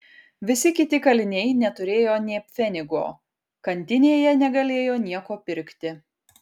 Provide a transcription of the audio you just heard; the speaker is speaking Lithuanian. visi kiti kaliniai neturėjo nė pfenigo kantinėje negalėjo nieko pirkti